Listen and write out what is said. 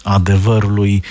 adevărului